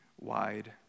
wide